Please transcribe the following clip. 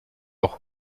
auch